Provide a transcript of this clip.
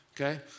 Okay